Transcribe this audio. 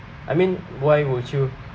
I mean why would you